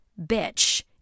bitch